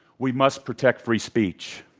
we must protect free speech.